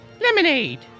Lemonade